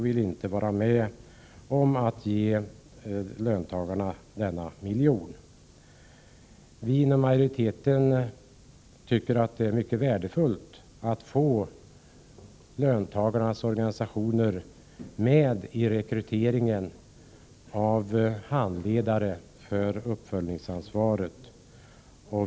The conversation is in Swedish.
Vi inom majoriteten tycker att det är mycket värdefullt att få löntagarnas organisationer med i rekryteringen av handledare för uppföljningsansvaret.